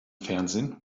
fernsehen